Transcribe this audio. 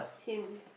him